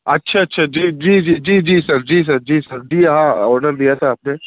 اچھا اچھا جی جی جی جی جی سر جی سر جی سر جی ہاں آڈر دیا تھا آپ نے